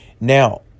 Now